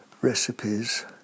recipes